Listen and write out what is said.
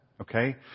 Okay